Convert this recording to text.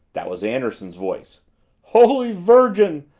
that was anderson's voice holy virgin!